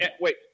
Wait